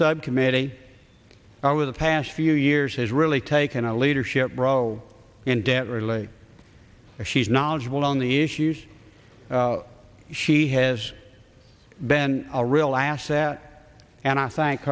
subcommittee with the past few years has really taken a leadership bro in debt really she's knowledgeable on the issues she has been a real asset and i thank